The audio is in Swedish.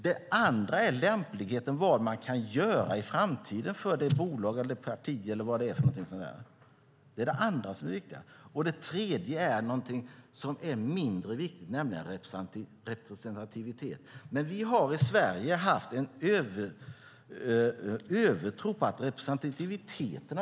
Det andra är lämpligheten - vad man kan göra i framtiden för bolaget, partiet eller vad det nu är. Det tredje är någonting som är mindre viktigt, nämligen representativitet. Vi har i Sverige haft en övertro på representativiteten.